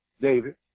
David